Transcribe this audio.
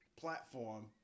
platform